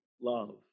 love